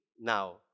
now